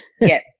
Yes